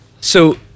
So-